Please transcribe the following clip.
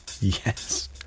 Yes